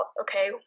okay